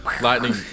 lightning